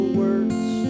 words